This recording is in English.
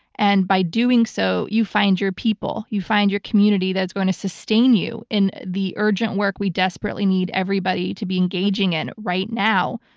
and by doing so you find your people, you find your community that's going to sustain you in the urgent work we desperately need everybody to be engaging in right now.